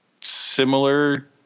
Similar